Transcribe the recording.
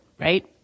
Right